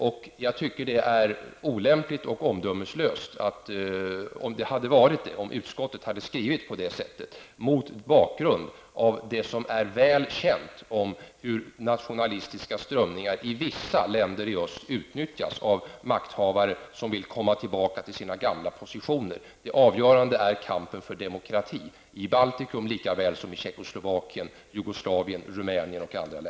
Jag anser att det hade varit olämpligt och omdömeslöst, om utskottet hade skrivit på det sättet, mot bakgrund av det som är väl känt om hur nationalistiska strömningar i vissa länder i öst utnyttjas av makthavare som vill komma tillbaka till sina gamla positioner. Det avgörande är kampen för demokrati, i Baltikum likaväl som i